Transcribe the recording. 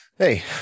Hey